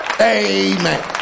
Amen